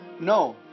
No